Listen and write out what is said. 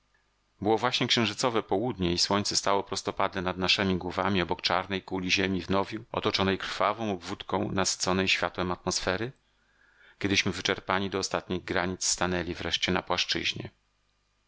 było właśnie księżycowe południe i słońce stało prostopadle nad naszemi głowami obok czarnej kuli ziemi w nowiu otoczonej krwawą obwódką nasyconej światłem atmosfery kiedyśmy wyczerpani do ostatnich granic stanęli wreszcie na płaszczyźnie